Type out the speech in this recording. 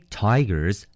tigers